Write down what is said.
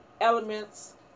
elements